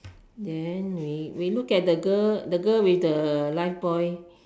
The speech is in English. then we we look at the girl the girl with the life buoy